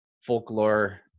folklore